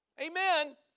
amen